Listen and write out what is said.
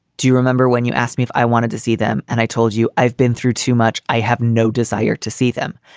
do you remember when you asked me if i wanted to see them? and i told you i've been through too much. i have no desire to see them.